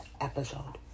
episode